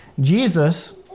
Jesus